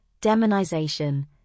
demonization